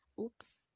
oops